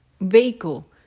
vehicle